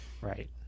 Right